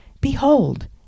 Behold